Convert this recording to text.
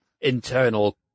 internal